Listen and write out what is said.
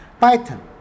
Python